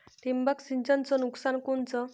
ठिबक सिंचनचं नुकसान कोनचं?